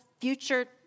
future